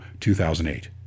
2008